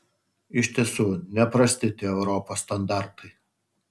iš tiesų neprasti tie europos standartai